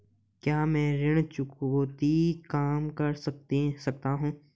क्या मैं ऋण चुकौती कम कर सकता हूँ?